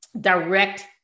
direct